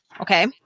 Okay